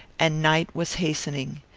and night was hastening.